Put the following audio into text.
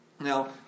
Now